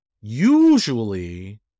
Usually